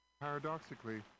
paradoxically